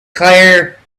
claire